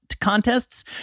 contests